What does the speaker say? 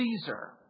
Caesar